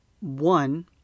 One